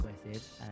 aggressive